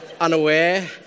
unaware